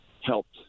helped